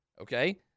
Okay